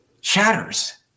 shatters